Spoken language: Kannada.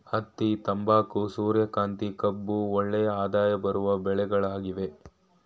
ಹತ್ತಿ, ತಂಬಾಕು, ಸೂರ್ಯಕಾಂತಿ, ಕಬ್ಬು ಒಳ್ಳೆಯ ಆದಾಯ ಬರುವ ಬೆಳೆಗಳಾಗಿವೆ